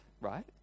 right